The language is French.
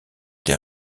des